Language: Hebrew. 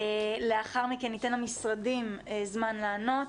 לאחר מכן ניתן למשרדים זמן לענות,